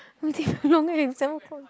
we take very long eh seven o-clock